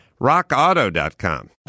RockAuto.com